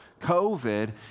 COVID